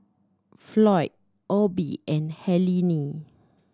Floyd Obie and Helaine